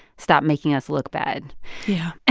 stop making us look bad yeah.